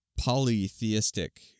polytheistic